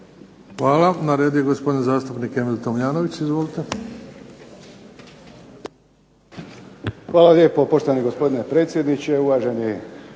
Hvala. Na redu je gospodin zastupnik Emil Tomljanović. **Tomljanović, Emil (HDZ)** Hvala lijepo. Poštovani gospodine predsjedniče, uvaženi